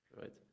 Right